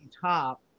Top